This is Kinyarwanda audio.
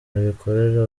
abikorera